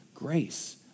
grace